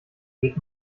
geht